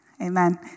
Amen